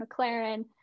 McLaren